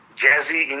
jazzy